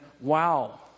wow